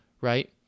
right